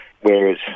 whereas